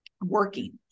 working